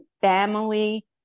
Family